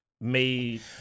made